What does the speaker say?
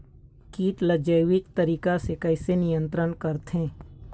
कीट ला जैविक तरीका से कैसे नियंत्रण करथे?